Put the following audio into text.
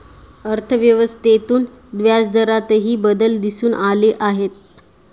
अर्थव्यवस्थेतून व्याजदरातही बदल दिसून आले आहेत